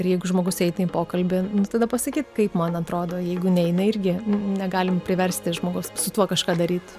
ir jeigu žmogus eina į pokalbį nu tada pasakyt kaip man atrodo jeigu neina irgi negalim priversti žmogaus su tuo kažką daryt